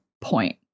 point